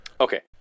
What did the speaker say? Okay